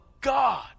God